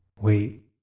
Wait